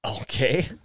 Okay